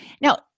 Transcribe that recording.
Now